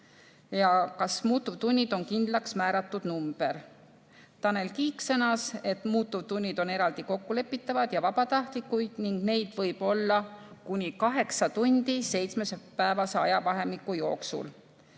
ja kas muutuvtunnid on kindlaksmääratud number. Tanel Kiik sõnas, et muutuvtunnid on eraldi kokkulepitavad ja vabatahtlikud ning neid võib olla kuni kaheksa tundi seitsmepäevase ajavahemiku jooksul.